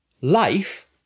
life